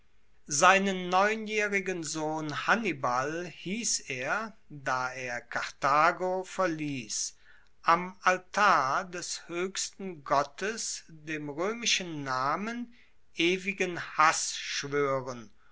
seinen neunjaehrigen sohn hannibal hiess er da er karthago verliess am altar des hoechsten gottes dem roemischen namen ewigen hass schwoeren